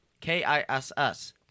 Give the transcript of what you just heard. K-I-S-S